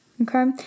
okay